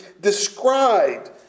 described